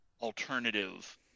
alternative